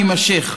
יימשך.